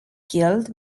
killed